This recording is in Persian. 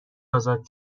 ازاد